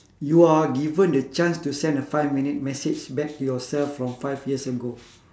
you are given the chance to send a five minute message back to yourself from five years ago